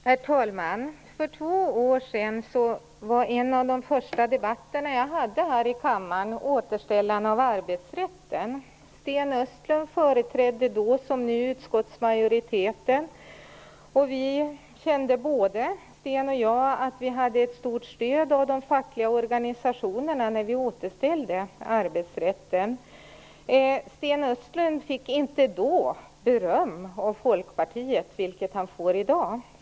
Herr talman! För två år sedan handlade en av de första debatterna jag deltog i här i kammaren om återställaren av arbetsrätten. Sten Östlund företrädde då som nu utskottsmajoriteten, och vi kände både Sten Östlund och jag att vi hade ett stort stöd av de fackliga organisationerna när vi återställde arbetsrätten. Sten Östlund fick då inte beröm av Folkpartiet, vilket han får i dag.